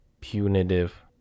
punitive